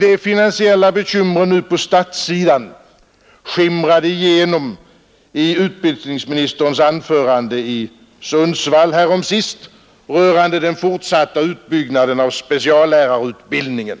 De finansiella bekymren på statssidan skimrade igenom i utbildningsministerns anförande i Sundsvall häromsistens rörande den fortsatta utbyggnaden av speciallärarutbildningen.